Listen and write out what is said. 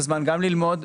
ללמוד.